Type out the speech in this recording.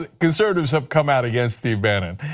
ah conservatives have come out against steve bannon.